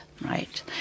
right